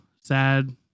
sad